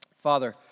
Father